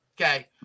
okay